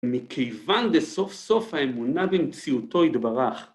מכיוון דה סוף סוף האמונה במציאותו יתברך.